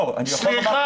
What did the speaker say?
אני יכול להסביר.